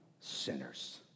sinners